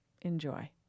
Enjoy